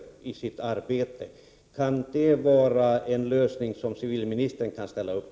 Kan civilministern ställa upp på en sådan lösning?